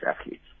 athletes